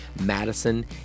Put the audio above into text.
Madison